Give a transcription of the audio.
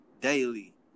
daily